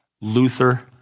Luther